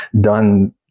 done